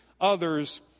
others